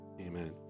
Amen